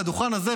מהדוכן הזה,